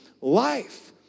life